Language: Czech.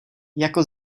jako